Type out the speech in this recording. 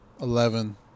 eleven